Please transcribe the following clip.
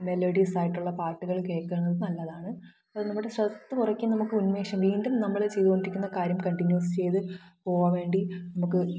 melodies ആയിട്ടുള്ള പാട്ടുകള് കേൾക്കണത് നല്ലതാണ് അത് നമ്മുടെ സ്ട്രെസ്സ് കുറയ്ക്കും നമുക്ക് ഉന്മേഷം വീണ്ടും നമ്മൾ ചെയ്തോണ്ടിരിക്കുന്ന കാര്യം കണ്ടിന്യൂസ് ചെയ്ത് പോകാന് വേണ്ടി നമുക്ക്